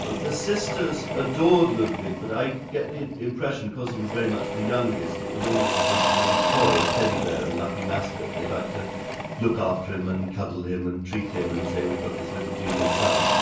the sisters adored ludwig, but i get the impression because he was very much the youngest, it was almost as ah a little toy, a teddy-bear, a lucky mascot, they liked to look after him and cuddle him and treat him and say, we've got this little genius son.